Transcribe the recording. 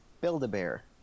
Build-a-bear